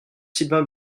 sylvain